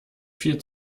viel